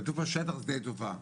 כתוב פה שטח שדה תעופה,